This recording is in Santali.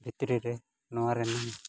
ᱵᱷᱤᱛᱨᱤ ᱨᱮ ᱱᱚᱣᱟ ᱨᱮᱱᱟᱜ